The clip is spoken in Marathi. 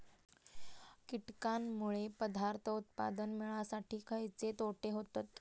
कीटकांनमुळे पदार्थ उत्पादन मिळासाठी खयचे तोटे होतत?